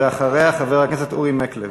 ואחריה, חבר הכנסת אורי מקלב.